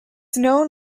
known